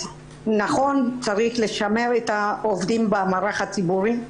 נכון שצריך לשמר את העובדים במערך הציבורי.